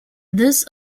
this